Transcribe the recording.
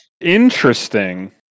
Interesting